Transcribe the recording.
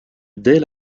dés